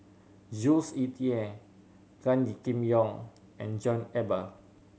Jules Itier Gan Kim Yong and John Eber